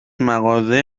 مغازه